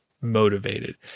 motivated